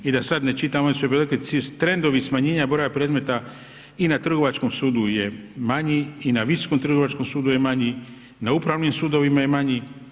I da sad ne čitam ove sve brojke, trendovi smanjenja broja predmeta i na trgovačkom sudu je manji i na Visokom trgovačkom sudu je manji, na upravnim sudovima manji.